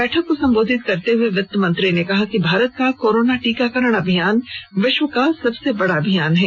बैठक को संबोधित करते हुए वित्त मंत्री ने कहा कि भारत का कोरोना टीकाकरण अभियान विश्व का सबसे बड़ा अभियान है